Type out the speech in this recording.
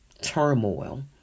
Turmoil